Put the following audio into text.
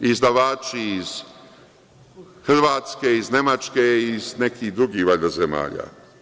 Izdavači iz Hrvatske, iz Nemačke i iz nekih drugih zemalja.